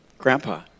Grandpa